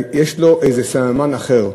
יש לו איזה סממן אחר.